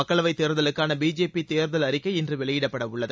மக்களவை தேர்தலுக்கான பிஜேபி தேர்தல் அறிக்கை இன்று வெளியிடப்படவுள்ளது